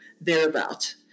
thereabout